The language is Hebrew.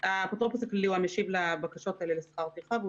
האפוטרופוס הכללי משיב על הבקשות האלה לגבי שכר טרחה.